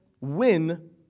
win